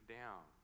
down